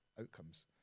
outcomes